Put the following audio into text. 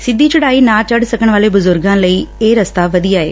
ਸਿੱਧੀ ਚੜਾਈ ਨਾ ਚੜ ਸਕਣ ਵਾਲੇ ਬਜੁਰਗਾਂ ਲਈ ਇਹ ਰਸਤਾ ਵਧਿਆ ਏ